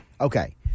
Okay